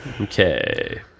Okay